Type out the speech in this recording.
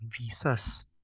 visas